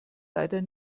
leider